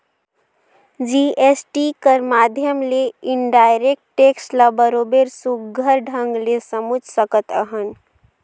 GST कर माध्यम ले इनडायरेक्ट टेक्स ल बरोबेर सुग्घर ढंग ले समुझ सकत अहन